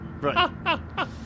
Right